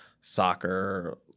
soccer